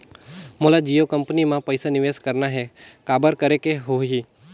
मोला जियो कंपनी मां पइसा निवेश करना हे, काबर करेके होही?